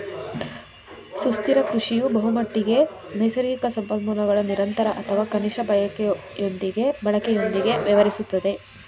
ಸುಸ್ಥಿರ ಕೃಷಿಯು ಬಹುಮಟ್ಟಿಗೆ ನೈಸರ್ಗಿಕ ಸಂಪನ್ಮೂಲಗಳ ನಿರಂತರ ಅಥವಾ ಕನಿಷ್ಠ ಬಳಕೆಯೊಂದಿಗೆ ವ್ಯವಹರಿಸುತ್ತದೆ